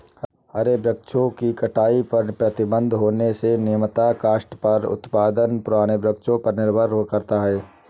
हरे वृक्षों की कटाई पर प्रतिबन्ध होने से नियमतः काष्ठ का उत्पादन पुराने वृक्षों पर निर्भर करता है